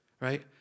right